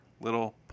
little